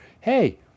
hey